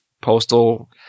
postal